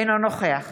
אינו נוכח